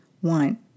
one